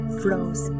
flows